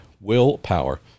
willpower